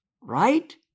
right